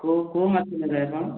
କେଉଁ କେଉଁ ମାଛ ନେବେ ଆପଣ